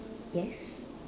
yes